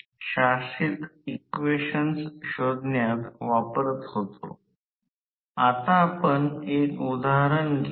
आणि हे N आहे रोटर ची सिंक्रोनस गती जो वेग NS पेक्षा कमी असेल